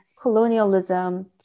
colonialism